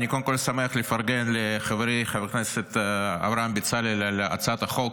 אני קודם כול שמח לפרגן לחברי חבר הכנסת אברהם בצלאל על הצעת החוק.